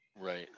Right